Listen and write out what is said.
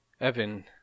Evan